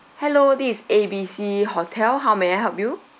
hello this is A B C hotel how may I help you